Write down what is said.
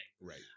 Right